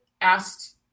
asked